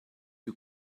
you